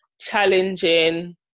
challenging